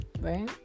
right